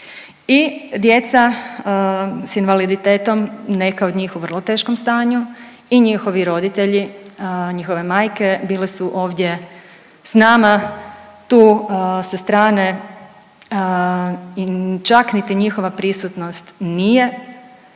i djeca s invaliditetom neka od njih u vrlo teškom stanju i njihovi roditelji, njihove majke bile su ovdje s nama tu sa strane i čak niti njihova prisutnost nije